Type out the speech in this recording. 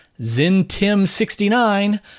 Zintim69